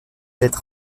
être